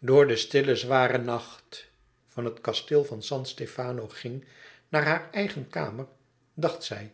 door de stille zware nacht van het kasteel van san stefano ging naar haar eigen kamer dacht zij